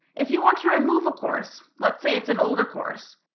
if you want to remove a course, lets say it's an older course,